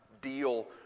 deal